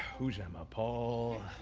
who's emma, paul?